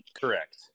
Correct